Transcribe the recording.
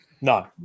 No